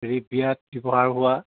এই বিয়াত ব্যৱহাৰ হোৱা